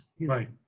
Right